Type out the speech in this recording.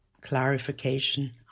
clarification